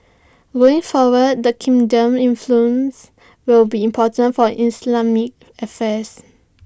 going forward the kingdom's influence will be important for Islamic affairs